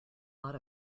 lot